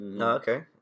Okay